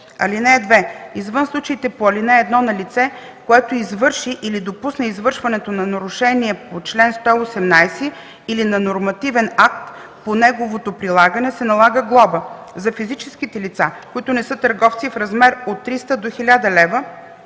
лв. (2) Извън случаите по ал. 1 на лице, което извърши или допусне извършването на нарушение по чл. 118 или на нормативен акт по неговото прилагане, се налага глоба – за физическите лица, които не са търговци, в размер от 300 до 1000 лв.,